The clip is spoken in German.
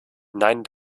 nein